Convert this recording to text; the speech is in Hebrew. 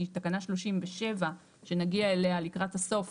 כי תקנה 37 שנגיע אליה לקראת הסוף,